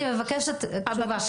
אני מבקשת תשובה.